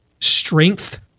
strength